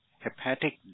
hepatic